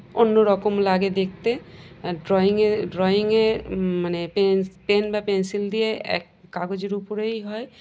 অন্য রকম লাগে দেখতে আর ড্রয়িংয়ে ড্রয়িংয়ে মানে পেন পেন বা পেনসিল দিয়ে এক কাগজের উপরেই হয়